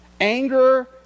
Anger